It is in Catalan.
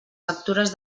factures